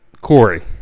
Corey